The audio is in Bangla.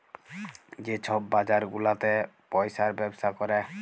যে ছব বাজার গুলাতে পইসার ব্যবসা ক্যরে